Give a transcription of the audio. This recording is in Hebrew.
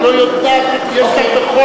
את לא יודעת כמה.